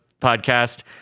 podcast